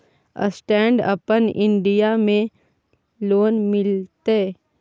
Stand up India में loan मिलते?